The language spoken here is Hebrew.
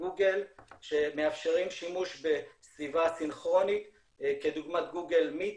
וגוגל שמאפשרים שימוש בסביבה סינכרונית כדוגמת גוגל מיט